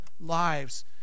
lives